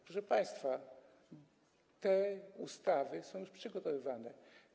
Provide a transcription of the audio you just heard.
Proszę państwa, te ustawy są już przygotowywane.